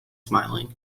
smiling